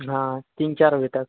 हाँ तीन चार बजे तक